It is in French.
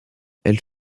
elle